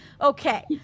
Okay